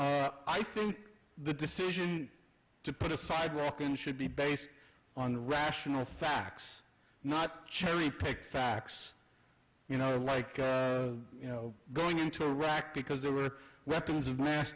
i think the decision to put a sidewalk in should be based on rational facts not cherry pick facts you know like you know going into iraq because there were weapons of mass